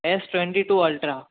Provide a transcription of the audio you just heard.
S twenty two ultra